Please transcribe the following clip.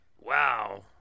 Wow